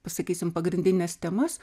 pasakysim pagrindines temas